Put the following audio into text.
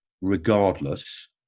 regardless